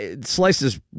Slices